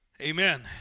Amen